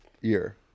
year